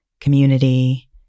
community